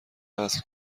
وصل